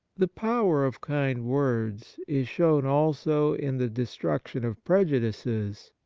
the power of kind words is shown also in the de struction of prejudices,